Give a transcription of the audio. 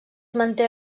manté